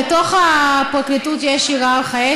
בתוך הפרקליטות יש הייררכיה,